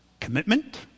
Commitment